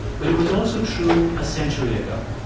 but it was also true a century ago.